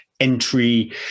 entry